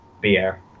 beer